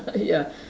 ya